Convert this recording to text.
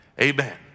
Amen